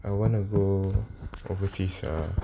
I want to go overseas ah